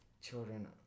Children